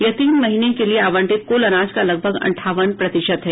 यह तीन महीने के लिए आवंटित कुल अनाज का लगभग अंठावन प्रतिशत है